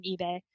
ebay